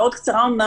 קצרה מאוד אמנם,